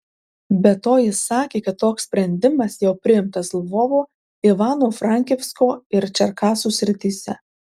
be to jis sakė kad toks sprendimas jau priimtas lvovo ivano frankivsko ir čerkasų srityse